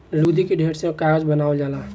लुगदी के ढेर से कागज बनावल जाला